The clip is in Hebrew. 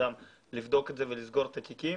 לבדוק את זה ולסגור את התיקים.